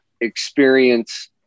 experience